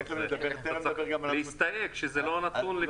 צריך להסתייג שזה לא נתון לפני.